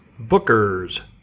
Bookers